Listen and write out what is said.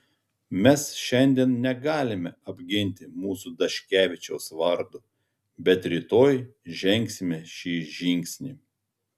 mes šiandien negalime apginti mūsų daškevičiaus vardo bet rytoj žengsime šį žingsnį